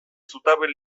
zutabe